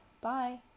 Bye